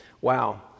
Wow